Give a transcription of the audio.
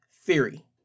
Theory